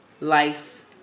life